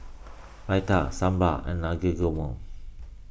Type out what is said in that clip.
Raita Sambar and Naengmyeon